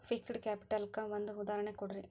fixed capital ಕ್ಕ ಒಂದ್ ಉದಾಹರ್ಣಿ ಕೊಡ್ರಿ